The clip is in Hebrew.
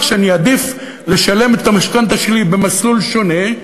שאני אעדיף לשלם את המשכנתה שלי במסלול שונה,